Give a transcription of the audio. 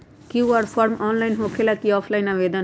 QR form online होकेला कि offline आवेदन?